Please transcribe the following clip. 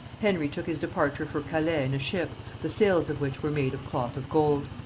henry took his departure for calais in a ship the sails of which were made of cloth of gold.